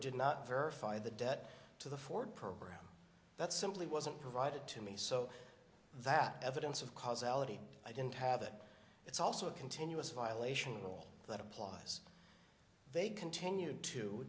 did not verify the debt to the ford program that simply wasn't provided to me so that evidence of causality i didn't have that it's also a continuous violation rule that applies they continued to